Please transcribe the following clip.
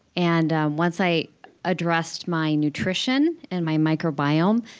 and once i addressed my nutrition and my microbiome,